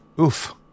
Oof